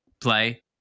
play